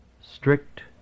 strict